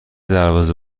دربازه